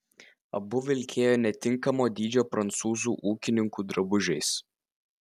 abu vilkėjo netinkamo dydžio prancūzų ūkininkų drabužiais